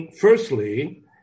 Firstly